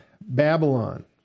Babylon